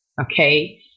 Okay